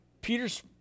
Peter's